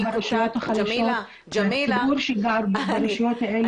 אנחנו נסתפק בדברים האלה.